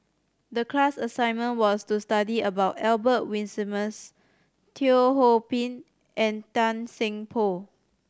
the class assignment was to study about Albert Winsemius Teo Ho Pin and Tan Seng Poh